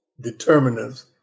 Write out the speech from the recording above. determinants